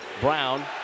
Brown